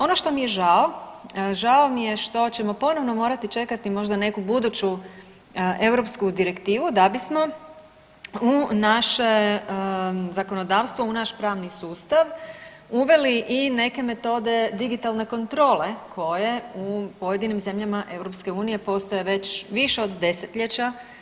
Ono što mi je žao, žao mi je što ćemo ponovno morati čekati možda neku buduću europsku direktivu da bismo u naše zakonodavstvo, u naš pravni sustav uveli i neke metode digitalne kontrole koje u pojedinim zemljama EU postoje već više od desetljeća.